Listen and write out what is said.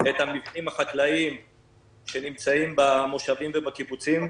המבנים החקלאיים שנמצאים במושבים ובקיבוצים,